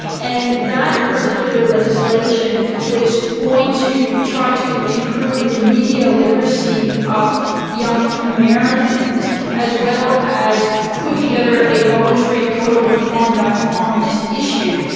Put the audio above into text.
and that particular legislation was going to try to improve the media literacy of young americans as well as put together a voluntary code of conduct on this issue.